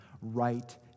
right